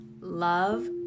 Love